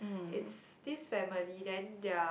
it's this family then their